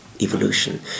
evolution